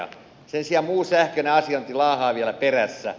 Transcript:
sen sijaan muu sähköinen asiointi laahaa vielä perässä